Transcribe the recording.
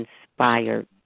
inspired